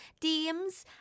DMs